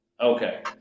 okay